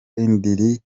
indiri